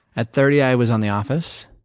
at thirty, i was on the office.